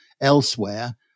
elsewhere